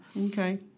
Okay